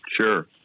Sure